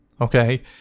okay